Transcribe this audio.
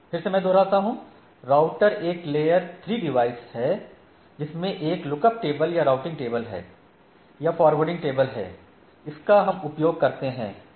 फिर से मैं दोहराता हूं राउटर एक लेयर 3 डिवाइस है संदर्भ समय 0321 जिसमें एक लुकअप टेबल या राउटिंग टेबल है या फॉरवार्डिंग टेबल है जिसका हम उपयोग करते हैं